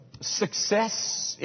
success